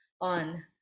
on